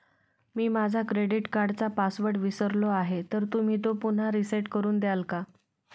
मी माझा क्रेडिट कार्डचा पासवर्ड विसरलो आहे तर तुम्ही तो पुन्हा रीसेट करून द्याल का?